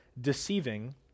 Deceiving